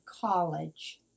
college